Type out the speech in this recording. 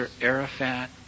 Arafat